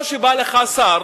או שבא לך שר